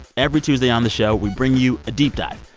every tuesday on the show, we bring you a deep dive.